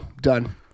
done